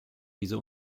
diese